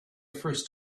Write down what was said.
first